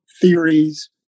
theories